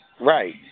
Right